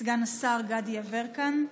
סגן השר גדי יברקן,